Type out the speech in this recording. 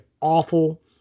awful